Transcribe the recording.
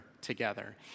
together